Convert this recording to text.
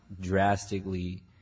drastically